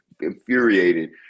infuriated